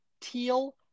teal